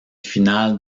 finales